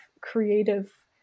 creative